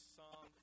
song